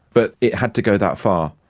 but it had to go that far.